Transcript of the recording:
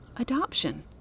adoption